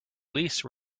lease